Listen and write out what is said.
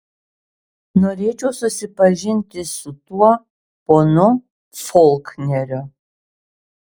norėčiau susipažinti su tuo ponu folkneriu